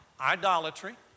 idolatry